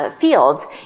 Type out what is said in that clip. fields